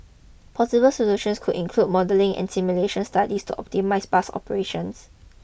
possible solutions could include modelling and simulation studies to optimise bus operations